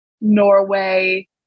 Norway